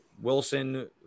Wilson